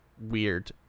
weird